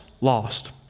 lost